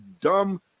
dumb